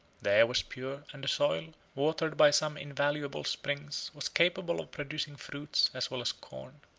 the air was pure, and the soil, watered by some invaluable springs, was capable of producing fruits as well as corn.